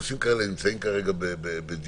הנושאים האלה נמצאים כרגע בדיון,